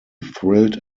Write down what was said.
thrilled